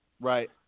Right